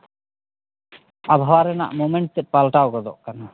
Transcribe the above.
ᱟᱵᱚᱦᱟᱣᱟ ᱨᱮᱱᱟᱝ ᱢᱳᱢᱮᱱᱴ ᱛᱮᱫ ᱯᱟᱞᱴᱟᱣ ᱜᱚᱫᱚᱜ ᱠᱟᱱᱟ